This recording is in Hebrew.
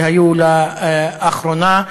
שהיו לאחרונה,